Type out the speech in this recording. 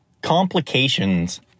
Complications